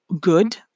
good